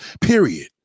Period